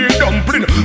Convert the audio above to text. dumpling